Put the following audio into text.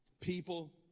people